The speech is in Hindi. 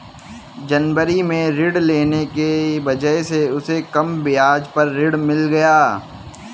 जनवरी में ऋण लेने की वजह से उसे कम ब्याज पर ऋण मिल गया